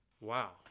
wow